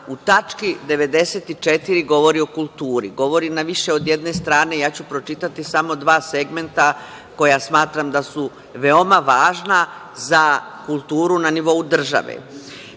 u tački 94. govori o kulturi. Govori na više od jedne strane, ja ću pročitati samo dva segmenta koja smatram da su veoma važna za kulturu na nivou države. Kultura